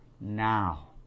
now